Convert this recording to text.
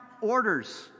orders